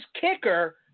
kicker